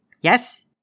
Yes